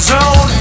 Zone